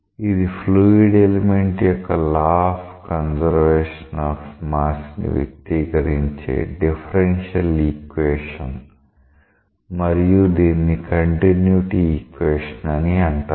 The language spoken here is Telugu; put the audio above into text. ఇది ఫ్లూయిడ్ ఎలిమెంట్ యొక్క law of conservation of mass ని వ్యక్తీకరించే డిఫరెన్షియల్ ఈక్వేషన్ మరియు దీనిని కంటిన్యుటీ ఈక్వేషన్ అని అంటారు